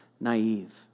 naive